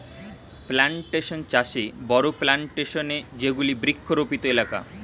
plantation চাষে বড়ো plantation এ যেগুলি বৃক্ষরোপিত এলাকা